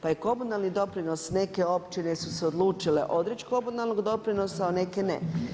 Pa je komunalni doprinos neke općine su se odlučile odreć komunalnog doprinosa, a neke ne.